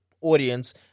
audience